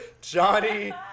Johnny